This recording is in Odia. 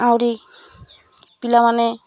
ଆହୁରି ପିଲାମାନେ